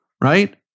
right